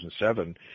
2007